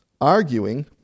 Arguing